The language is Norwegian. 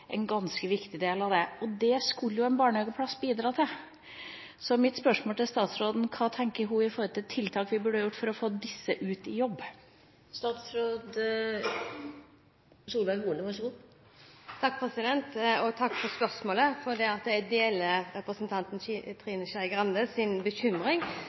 en ganske viktig del av det. Det skulle jo en barnehageplass bidra til. Mitt spørsmål til statsråden er: Hva tenker hun om tiltak for å få disse ut i jobb? Takk for spørsmålet. Jeg deler representanten Trine Skei Grandes bekymring for at den siste rapporten, som vi også fikk, viste helt klart at